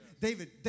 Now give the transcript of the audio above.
David